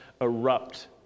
erupt